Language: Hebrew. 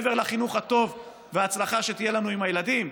מעבר לחינוך הטוב וההצלחה שתהיה לנו עם הילדים,